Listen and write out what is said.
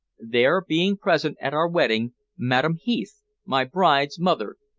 there being present at our wedding madame heath, my bride's mother,